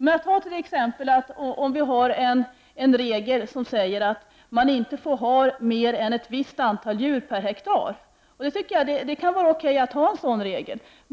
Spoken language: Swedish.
Jag tycker t.ex. att det kunde vara okej att ha en regel som säger att man inte får ha mer än ett visst antal djur per hektar. Det är